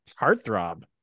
heartthrob